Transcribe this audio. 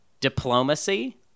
Diplomacy